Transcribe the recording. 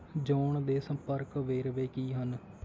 John ਦੇ ਸੰਪਰਕ ਵੇਰਵੇ ਕੀ ਹਨ